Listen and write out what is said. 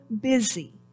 busy